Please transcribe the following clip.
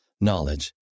knowledge